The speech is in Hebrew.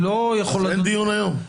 אין דיון היום?